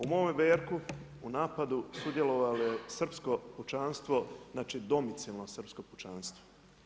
U mome … u napadu, sudjelovalo je srpsko pučanstvo, znači, domicilno srpsko pučanstvo.